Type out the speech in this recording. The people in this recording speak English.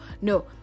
no